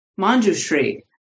Manjushri